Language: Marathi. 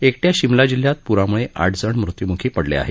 एकटया शिमला जिल्ह्यात पुरामुळे आठजण मृत्यूमुखी पडले आहेत